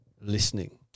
listening